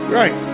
right